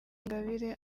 ingabire